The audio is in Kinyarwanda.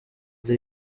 the